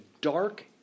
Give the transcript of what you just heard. dark